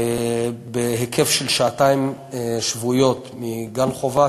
בהיקף של שעתיים שבועיות מגן-חובה,